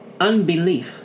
unbelief